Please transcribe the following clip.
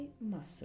muscles